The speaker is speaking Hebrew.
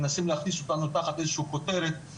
מנסים להכניס אותנו תחת איזושהי כותרת,